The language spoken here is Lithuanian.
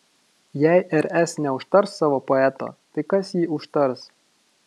jei rs neužtars savo poeto tai kas jį užtars